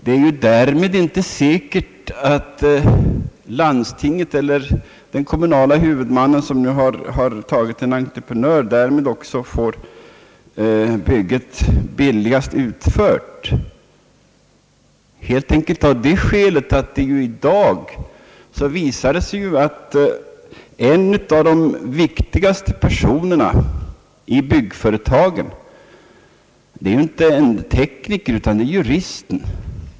Det är därmed dock inte säkert, att det landsting eller den kommunala huvudman som har antagit en entreprenör också får bygget utfört på billigaste sätt, helt enkelt av det skälet att det i dag ju visar sig, att den viktigaste personen i byggföretaget inte är en tekniker utan företagets jurist.